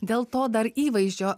dėl to dar įvaizdžio